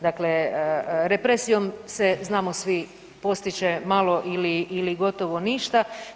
Dakle, represijom se znamo svi postiže malo ili gotovo ništa.